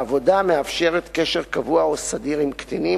בעבודה המאפשרת קשר קבוע או סדיר עם קטינים